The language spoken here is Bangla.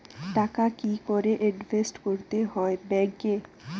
টাকা কি করে ইনভেস্ট করতে হয় ব্যাংক এ?